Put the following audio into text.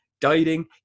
dieting